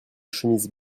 chemises